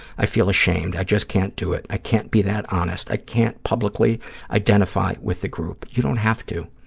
i feel ashamed. i just can't do it. i can't be that honest. i can't publicly identify with the group. you don't have to.